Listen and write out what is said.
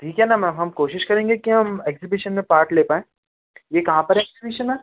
ठीक है मैम अब हम कोशिश करेंगे कि हम एक्ज़िबिशन में पार्ट ले पाएँ ये कहाँ पर है एक्ज़िबिशन मैम